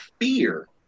fear